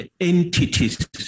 entities